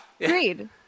Agreed